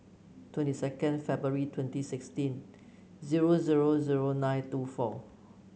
twenty second February twenty sixteen zero zero zero nine two four